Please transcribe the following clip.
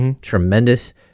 tremendous